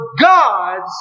God's